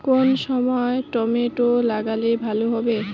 কোন সময় টমেটো লাগালে ভালো হবে?